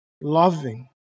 loving